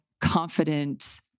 confident